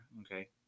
okay